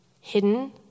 hidden